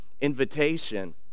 invitation